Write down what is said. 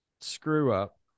screw-up